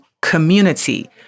community